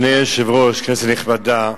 אדוני היושב-ראש, כנסת נכבדה,